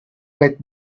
get